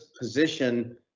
position